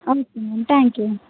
okay ma'am thank you